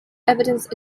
evidence